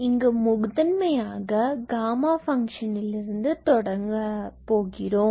இங்கு முதன்மையாக காமா ஃபங்ஷனிலிருந்து தொடங்கலாம்